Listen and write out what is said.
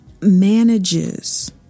manages